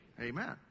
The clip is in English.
Amen